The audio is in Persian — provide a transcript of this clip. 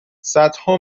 صدها